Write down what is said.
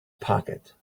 pocket